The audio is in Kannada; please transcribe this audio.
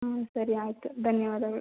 ಹ್ಞೂ ಸರಿ ಆಯಿತು ಧನ್ಯವಾದಗಳು